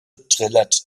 trällert